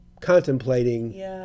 contemplating